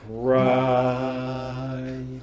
cry